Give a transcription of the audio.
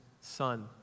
son